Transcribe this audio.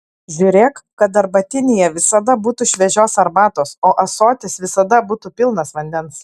žiūrėk kad arbatinyje visada būtų šviežios arbatos o ąsotis visada būtų pilnas vandens